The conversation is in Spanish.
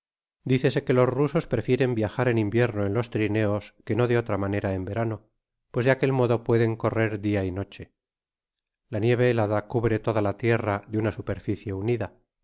dicese que los rusos prefieren viajar en invierno en los trineos que no de otra manera en verano pues de aquel modo pueden correr dia y noche la nieve helada cubre toda la tierra de upa superficie unida de